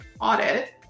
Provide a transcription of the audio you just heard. audit